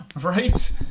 Right